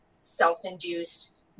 self-induced